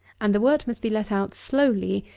and the wort must be let out slowly,